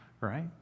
right